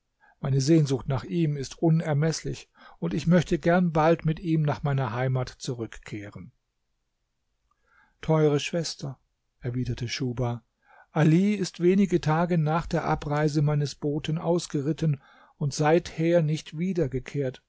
meine sehnsucht nach ihm ist unermeßlich und ich möchte gern bald mit ihm nach meiner heimat zurückkehren teure schwester erwiderte schuhba ali ist wenige tage nach der abreise meines boten ausgeritten und seither nicht